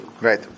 Right